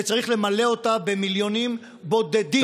וצריך למלא אותה במיליונים בודדים.